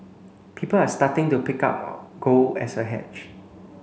people are starting to pick up on gold as a hedge